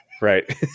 right